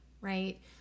right